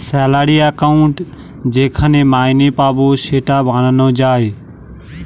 salary account যেখানে মাইনে পাবো সেটা বানানো যায়